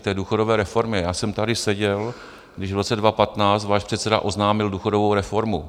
K té důchodové reformě já jsem tady seděl, když v roce 2015 váš předseda oznámil důchodovou reformu.